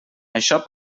això